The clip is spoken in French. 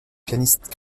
pianiste